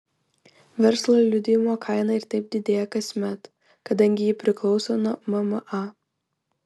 verslo liudijimo kaina ir taip didėja kasmet kadangi ji priklauso nuo mma